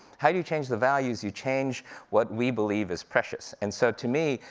how do you change the values, you change what we believe is precious. and so to me,